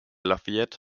lafayette